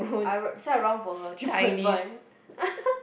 I round this one I round for her three point five